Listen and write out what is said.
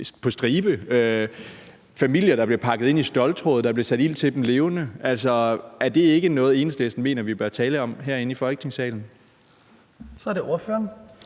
på stribe, og familier, der blev pakket ind i ståltråd, og hvor der blev sat ild til dem levende? Er det ikke noget, Enhedslisten mener at vi bør tale om herinde i Folketingssalen? Kl. 18:10 Den